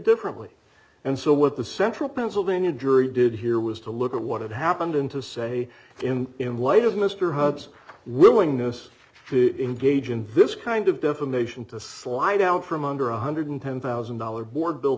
differently and so what the central pennsylvania jury did here was to look at what had happened and to say in in light of mr hobbs willingness to engage in this kind of defamation to slide out from under one hundred and ten thousand dollars board bil